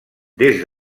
des